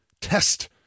test